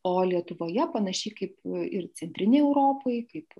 o lietuvoje panašiai kaip ir centrinėj europoj kaip